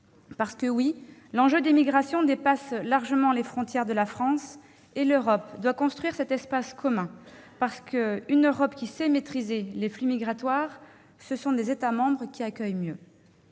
». Oui, l'enjeu des migrations dépasse largement les frontières de la France, et l'Europe doit construire cet espace commun, parce qu'une Europe qui sait maîtriser les flux migratoires, ce sont des États membres qui accueillent mieux.